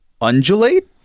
undulate